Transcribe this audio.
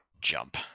jump